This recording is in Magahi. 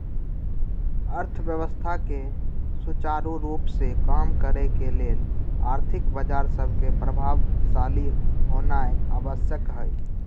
अर्थव्यवस्था के सुचारू रूप से काम करे के लेल आर्थिक बजार सभके प्रभावशाली होनाइ आवश्यक हइ